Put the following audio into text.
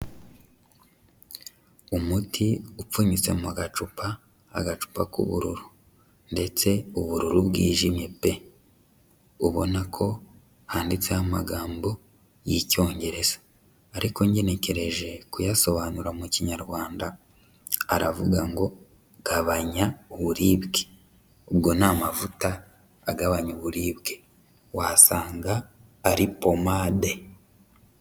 Umuti upfunyitse mu gacupa, agacupa k'ubururu. Ndetse ubururu bwijimye pe. Ubona ko handitseho amagambo y'Icyongereza. Ariko ngenekereje kuyasobanura mu Kinyarwanda, aravuga ngo :"gabanya uburibwe". Ubwo ni mavuta agabanya uburibwe, wasanga ari pomade.